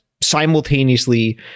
simultaneously